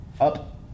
up